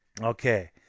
Okay